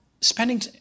spending